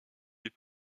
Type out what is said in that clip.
les